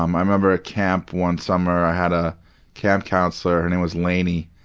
um i remember at camp one summer, i had a camp counselor her name was laney,